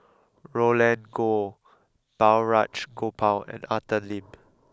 Roland Goh Balraj Gopal and Arthur Lim